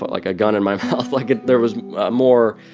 like, a gun in my mouth. like, there was more.